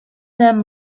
them